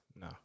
No